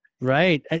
Right